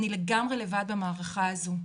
אני לגמרי לבד במערכה הזו.